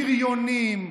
בריונים,